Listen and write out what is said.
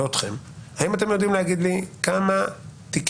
ואתכם: האם אתם יודעים להגיד לי כמה תיקים,